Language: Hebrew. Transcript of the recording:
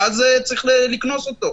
ואז צריך לקנוס אותו.